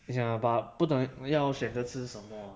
等一下 ah 不懂要选择吃什么